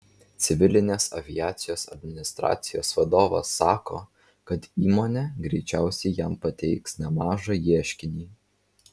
civilinės aviacijos administracijos vadovas sako kad įmonė greičiausiai jam pateiks nemažą ieškinį